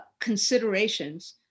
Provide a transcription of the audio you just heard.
considerations